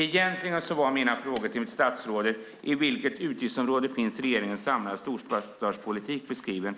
Egentligen var mina frågor till statsrådet: I vilket utgiftsområde finns regeringens samlade storstadspolitik beskriven?